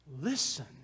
Listen